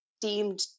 deemed